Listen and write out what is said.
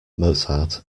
mozart